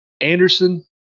Anderson